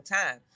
time